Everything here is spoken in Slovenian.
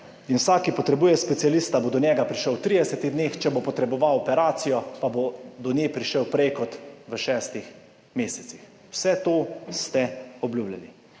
in vsak, ki potrebuje specialista, bo do njega prišel v 30 dneh, če bo potreboval operacijo, pa bo do nje prišel prej kot v šestih mesecih. Vse to ste obljubljali.